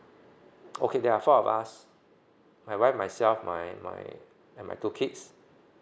okay there are four of us my wife myself my my and my two kids